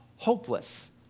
Hopeless